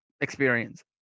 experience